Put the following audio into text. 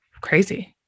crazy